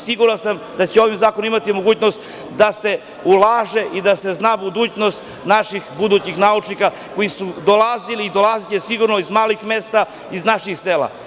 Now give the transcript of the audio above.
Siguran sam da će ovim zakonom biti data mogućnost da se ulaže i da se zna budućnost naših budućih naučnika koji su dolazili i dolaziće, sigurno, iz malih mesta, iz naših sela.